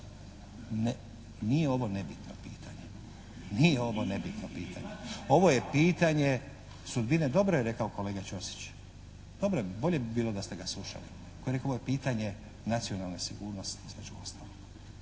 Nije ovo nebitno pitanje. Ovo je pitanje sudbine, dobro je rekao kolega Ćosić, dobro je, bolje bi bilo da ste ga slušali, koji je rekao, ovo je pitanje nacionalne sigurnosti između ostaloga.